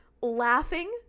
laughing